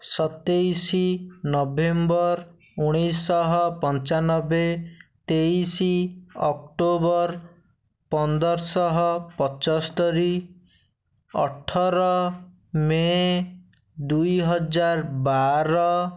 ସତେଇଶ ନଭେମ୍ବର ଉଣେଇଶହ ପଞ୍ଚାନବେ ତେଇଶ ଅକ୍ଟୋବର ପନ୍ଦରଶହ ପଞ୍ଚୋସ୍ତରୀ ଅଠର ମେ ଦୁଇହଜାର ବାର